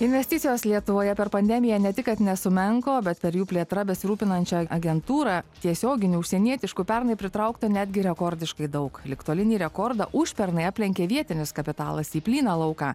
investicijos lietuvoje per pandemiją ne tik kad nesumenko bet per jų plėtra besirūpinančią agentūrą tiesioginių užsienietiškų pernai pritraukta netgi rekordiškai daug ligtolinį rekordą užpernai aplenkė vietinis kapitalas į plyną lauką